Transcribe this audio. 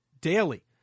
daily